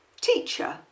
Teacher